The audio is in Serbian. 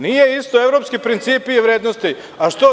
Nije isto evropski principi i vrednosti, a što?